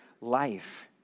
life